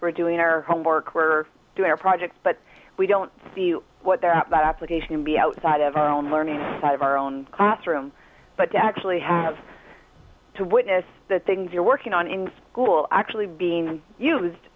for doing our homework we're doing our projects but we don't see what they're up that application to be outside of our own learning out of our own classroom but to actually have to witness the things you're working on in school actually being used